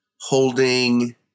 holding